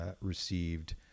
received